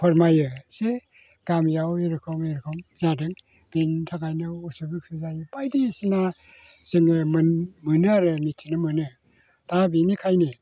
फोरमायो जे गामियाव एरेखम एरेखम जादों बिनि थाखायनो उसुग उथुग जायो बायदिसिना जोङो मोनो आरो मिथिनो मोनो दा बिनिखायनो